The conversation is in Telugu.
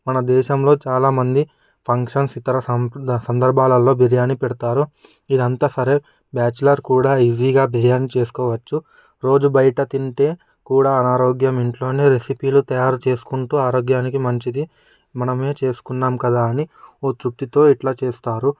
మనదేశంలో చాలామంది ఫంక్షన్స్ ఇతర సంద సందర్భాలలో బిర్యాని పెడతారు ఇది అంతా సరే బ్యాచులర్ కూడా ఈజీగా బిర్యాని చేసుకోవచ్చు రోజు బయట తింటే కూడా ఆరోగ్యం ఇంట్లో రెసిపీలు తయారు చేసుకుంటూ ఆరోగ్యానికి మంచిది మనమే చేసుకున్నాం కదా అని ఒక తృప్తితో ఇట్లా చేస్తారు